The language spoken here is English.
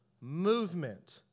movement